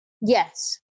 Yes